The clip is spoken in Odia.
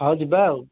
ହଉ ଯିବା ଆଉ